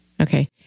Okay